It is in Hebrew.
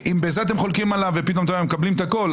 אם בזה אתם חולקים עליו ופתאום אתם מקבלים את הכול,